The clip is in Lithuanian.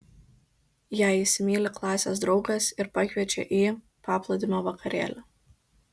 ją įsimyli klasės draugas ir pakviečia į paplūdimio vakarėlį